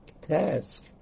task